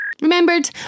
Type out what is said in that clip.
Remembered